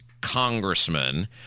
congressman